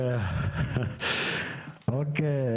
נמשיך.